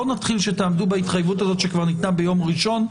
בואו נתחיל שתעמדו בהתחייבות הזאת שכבר ניתנה ביום ראשון.